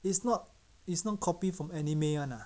it's not it's not copy from anime [one] ah